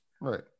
Right